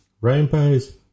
rainbows